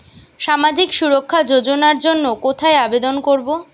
সামাজিক সুরক্ষা যোজনার জন্য কোথায় আবেদন করব?